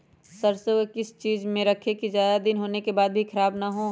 सरसो को किस चीज में रखे की ज्यादा दिन होने के बाद भी ख़राब ना हो?